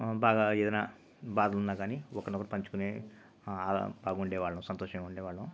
బాగా ఏదైనా బాధ ఉన్నాగాని ఒకరినొకరు పంచుకునే బాగుండే వాళ్ళం సంతోషం ఉండేవాళ్ళం